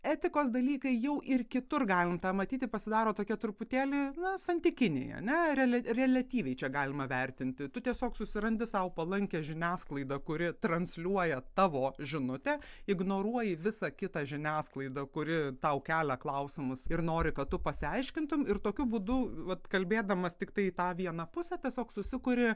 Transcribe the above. etikos dalykai jau ir kitur galim tą matyti pasidaro tokia truputėlį na santykiniai ane relia reliatyviai čia galima vertinti tu tiesiog susirandi sau palankią žiniasklaidą kuri transliuoja tavo žinutę ignoruoji visą kitą žiniasklaidą kuri tau kelia klausimus ir nori kad tu pasiaiškintum ir tokiu būdu vat kalbėdamas tiktai į tą vieną pusę tiesiog susikuri